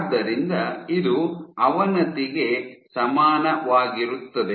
ಆದ್ದರಿಂದ ಇದು ಅವನತಿಗೆ ಸಮಾನವಾಗಿರುತ್ತದೆ